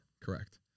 Correct